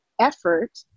effort